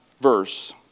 verse